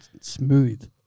smooth